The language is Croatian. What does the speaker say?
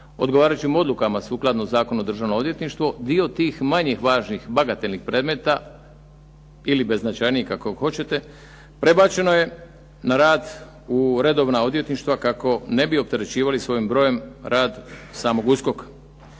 odgovarajućim odlukama sukladno Zakonu o Državnom odvjetništvu dio tih manje važnih, bagatelnih predmeta ili beznačajnijih, kako hoćete, prebačeno je na rad u redovna odvjetništva kako ne bi opterećivali svojim brojem rad samog USKOK-a.